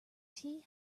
tea